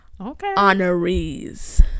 honorees